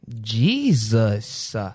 Jesus